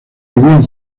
vivían